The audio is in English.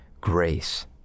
grace